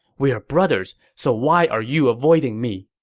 we're brothers. so why are you avoiding me?